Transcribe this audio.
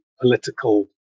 political